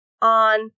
on